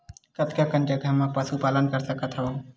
कतका कन जगह म पशु पालन कर सकत हव?